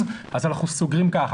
אז אנחנו סוגרים ככה,